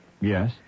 Yes